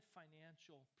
financial